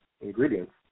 ingredients